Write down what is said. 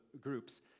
groups